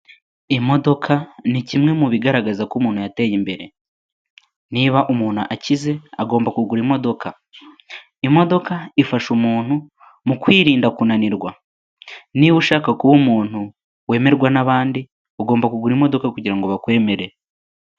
Imodoka ni kimwe mu bigaragaza ko umuntu yateye imbere, niba umuntu akize, agomba kugura imodoka. Imodoka ifasha umuntu mu kwirinda kunanirwa. Niba ushaka kuba umuntu wemerwa n'abandi, ugomba kugura imodoka kugira ngo bakwemere.